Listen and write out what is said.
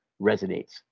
resonates